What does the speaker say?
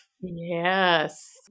Yes